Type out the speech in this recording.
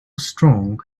strong